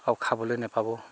আৰু খাবলৈ নাপাব